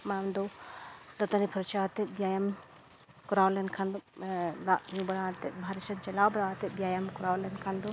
ᱢᱟᱲᱟᱝ ᱫᱚ ᱫᱟᱹᱛᱟᱹᱱᱤ ᱯᱷᱟᱨᱪᱟ ᱠᱟᱛᱮᱫ ᱵᱮᱭᱟᱢ ᱠᱚᱨᱟᱣ ᱞᱮᱠᱷᱟᱱ ᱫᱚ ᱫᱟᱜ ᱧᱩ ᱵᱟᱲᱟ ᱠᱟᱛᱮᱫ ᱵᱟᱦᱨᱮ ᱥᱮᱱ ᱪᱟᱞᱟᱣ ᱵᱟᱲᱟ ᱠᱟᱛᱮᱫ ᱵᱮᱭᱟᱢ ᱠᱚᱨᱟᱣ ᱞᱮᱱᱠᱷᱟᱱ ᱫᱚ